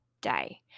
day